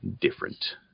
different